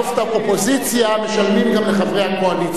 האופוזיציה משלמים גם לחברי הקואליציה.